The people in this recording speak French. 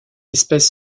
espèce